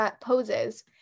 poses